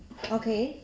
okay